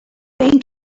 been